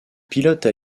pilotes